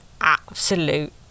absolute